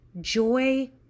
Joy